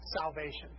salvation